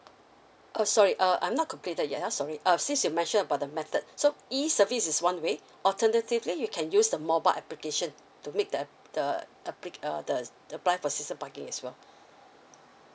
uh sorry err I'm not completed yet uh sorry uh since you mentioned about the method so E service is one way alternatively you can use the mobile application to make the the the pick err the to apply for the season parking as well